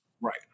right